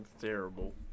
terrible